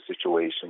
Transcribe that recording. situation